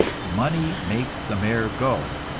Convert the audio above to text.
money makes the mare go,